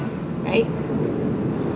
right